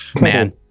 man